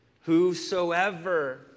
Whosoever